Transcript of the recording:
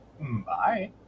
Bye